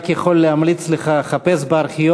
אני רק יכול להמליץ לך: חפש בארכיון,